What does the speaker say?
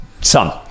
Son